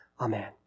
Amen